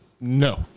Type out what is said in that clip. no